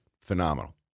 phenomenal